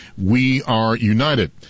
WeAreUnited